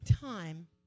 time